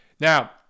Now